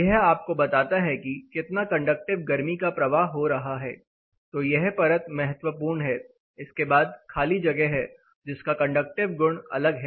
यह आपको बताता है कि कितना कंडक्टिव गर्मी का प्रवाह हो रहा है तो यह परत महत्वपूर्ण है इसके बाद खाली जगह है जिसका कंडक्टिव गुण अलग है